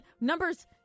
numbers